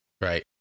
right